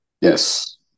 Yes